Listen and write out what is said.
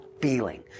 feeling